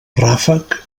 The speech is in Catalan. ràfec